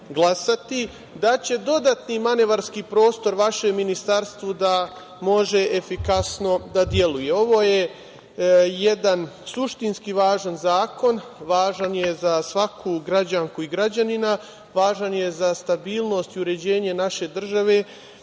daće dodatni manevarski prostor vašem ministarstvu da može efikasnije da deluje. Ovo jedan suštinski važan zakon, važan je za svaku građanku i građanina, važan je za stabilnost i uređenje naše države